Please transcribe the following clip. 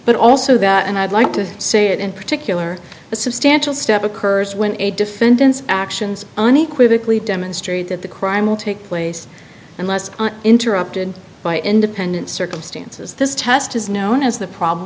but also that and i'd like to say it in particular a substantial step occurs when a defendant's actions unequivocally demonstrate that the crime will take place unless interrupted by independent circumstances this test is known as the problem